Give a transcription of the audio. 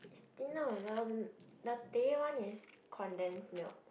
thinner you know no that one is condensed milk